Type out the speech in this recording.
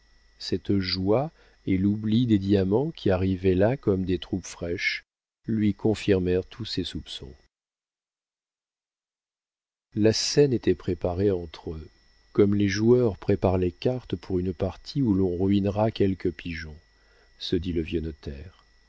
cette joie et l'oubli des diamants qui arrivaient là comme des troupes fraîches lui confirmèrent tous ses soupçons la scène était préparée entre eux comme les joueurs préparent les cartes pour une partie où l'on ruinera quelque pigeon se dit le vieux